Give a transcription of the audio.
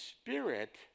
Spirit